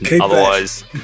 Otherwise